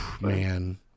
Man